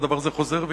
והדבר הזה חוזר ונשנה.